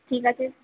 ঠিক আছে